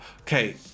Okay